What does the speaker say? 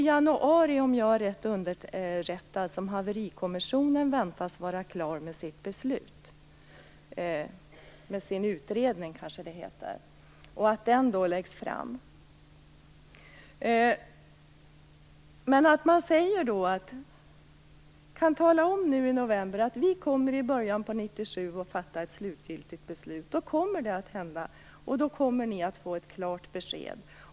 Om jag är rätt underrättad väntas haverikommissionen lägga fram sin utredning i januari. Tala om för de anhöriga nu i november att ett slutgiltigt beslut kommer att fattas i början av 1997 och att de då får ett klart besked!